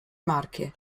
marche